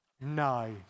No